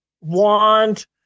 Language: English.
want